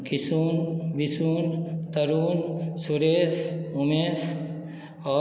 किशुन बिशुन तरुण सुरेश उमेश आओर